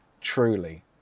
Truly